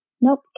nope